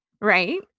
right